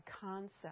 concept